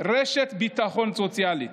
רשת ביטחון סוציאלית.